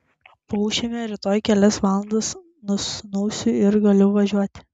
paūšime rytoj kelias valandas nusnūsiu ir galiu važiuoti